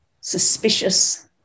suspicious